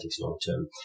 long-term